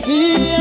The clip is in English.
See